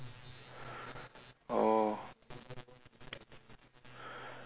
oh